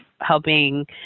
helping